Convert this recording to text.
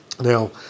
Now